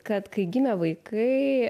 kad kai gimė vaikai